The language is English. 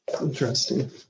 interesting